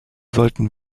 sollten